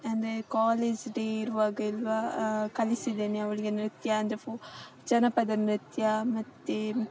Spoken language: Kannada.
ಅಂದರೆ ಕಾಲೇಝ್ ಡೇ ಇರುವಾಗೆಲ್ಲ ಕಲಿಸಿದ್ದೇನೆ ಅವಳಿಗೆ ನೃತ್ಯ ಅಂದರೆ ಫೋ ಜನಪದ ನೃತ್ಯ ಮತ್ತು